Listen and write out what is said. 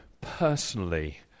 personally